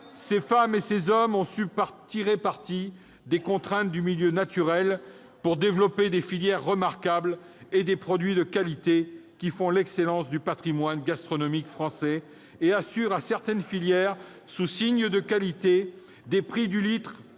Ces femmes et ces hommes ont su tirer parti des contraintes du milieu naturel pour développer des filières remarquables et des produits de qualité qui font l'excellence du patrimoine gastronomique français et assurent à certaines filières sous signe de qualité des prix du litre